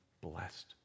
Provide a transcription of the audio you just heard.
blessed